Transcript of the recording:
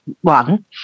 one